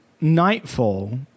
Nightfall